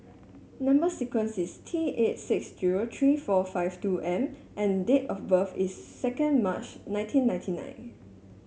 number sequence is T eight six zero three four five two M and date of birth is second March nineteen ninety nine